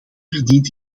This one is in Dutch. verdient